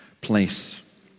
place